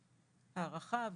הערכה,